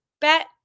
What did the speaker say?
bet